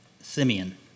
Simeon